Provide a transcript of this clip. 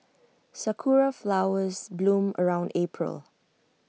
Sakura Flowers bloom around April